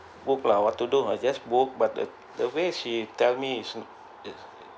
book lah what to do I just booked but the the way she tell me is